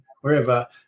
wherever